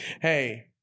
Hey